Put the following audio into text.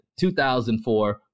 2004